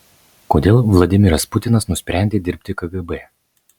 kodėl vladimiras putinas nusprendė dirbti kgb